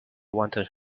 wanted